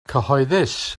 cyhoeddus